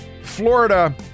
Florida